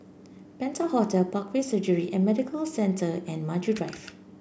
Penta Hotel Parkway Surgery and Medical Centre and Maju Drive